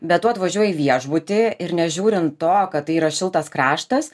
bet tu atvažiuoji į viešbutį ir nežiūrint to kad tai yra šiltas kraštas